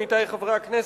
עמיתי חברי הכנסת,